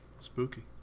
Spooky